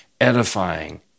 edifying